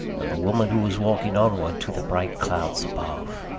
and the woman who was walking onward to the bright clouds above.